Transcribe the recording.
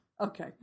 Okay